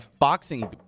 boxing